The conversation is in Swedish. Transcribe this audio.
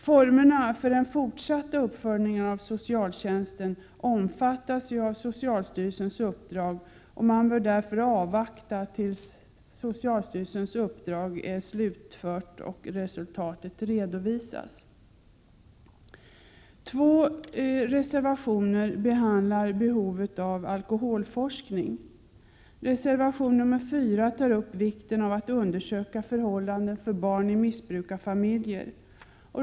Formerna för den fortsatta uppföljningen av socialtjänsten omfattas av socialstyrelsens uppdrag, och man bör därför avvakta tills detta är slutfört och resultatet har redovisats. I två reservationer behandlas behovet av alkoholforskning. Reservation 4 gäller vikten av att förhållanden för barn i missbrukarfamiljer undersöks.